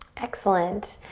excellent.